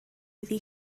iddi